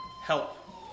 help